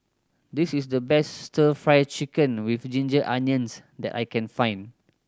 this is the best Stir Fry Chicken with ginger onions that I can find